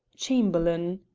chamberlain